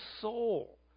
soul